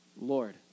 Lord